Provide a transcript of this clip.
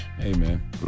amen